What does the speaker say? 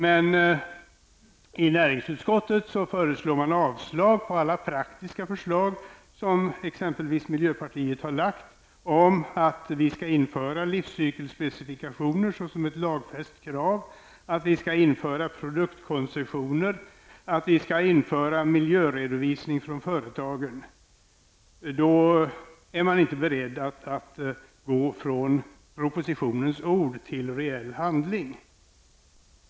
Men näringsutskottet föreslår avslag på alla praktiska förslag som exempelvis miljöpartiet har lagt fram om att livscykelspecifikationer skall införas såsom ett lagfäst krav, att produktkoncessioner skall införas och miljöredovisning från företagen. Man är inte beredd att gå från propositionens ord till reell handling.